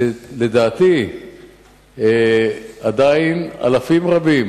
לדעתי עדיין אלפים רבים